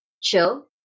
chill